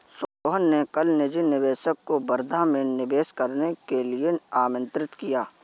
सोहन ने कल निजी निवेशक को वर्धा में निवेश करने के लिए आमंत्रित किया